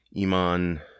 Iman